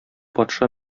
патша